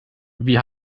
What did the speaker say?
wie